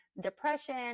depression